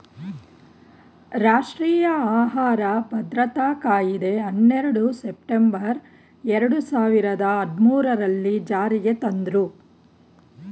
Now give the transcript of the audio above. ರಾಷ್ಟ್ರೀಯ ಆಹಾರ ಭದ್ರತಾ ಕಾಯಿದೆ ಹನ್ನೆರಡು ಸೆಪ್ಟೆಂಬರ್ ಎರಡು ಸಾವಿರದ ಹದ್ಮೂರಲ್ಲೀ ಜಾರಿಗೆ ತಂದ್ರೂ